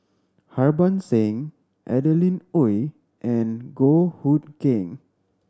Harbans Singh Adeline Ooi and Goh Hood Keng